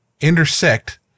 intersect